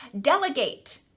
delegate